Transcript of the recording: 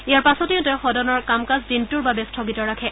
ইয়াৰ পাছতেই তেওঁ সদনৰ কাম কাজ দিনটোৰ বাবে স্থগিত ৰাখে